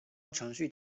程序